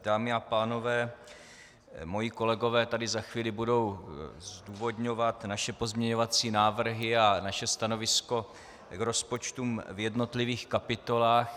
Dámy a pánové, moji kolegové tady za chvíli budou zdůvodňovat naše pozměňovací návrhy a naše stanovisko k rozpočtům v jednotlivých kapitolách.